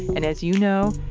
and as you know,